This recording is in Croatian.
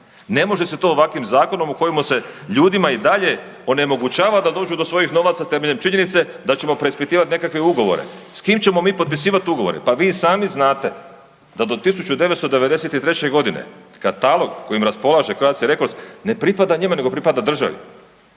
ne može se to ovakvim zakonom u kojemu se ljudima i dalje onemogućava da dođu do svojih novaca temeljem činjenice, da ćemo preispitivati nekakve ugovore. S kim ćemo mi potpisivati ugovore? Pa vi sami znate da do 1993. g. katalog kojim raspolaže Croatia Records ne pripada njima, nego pripada državi.